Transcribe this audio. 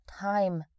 Time